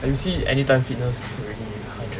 like you see Anytime Fitness